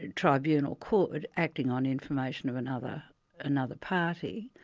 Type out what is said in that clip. tribunal could, acting on information of another another party,